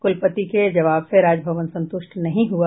कुलपति के जबाव से राजभवन संतुष्ट नहीं हुआ